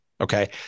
Okay